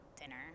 dinner